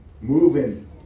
moving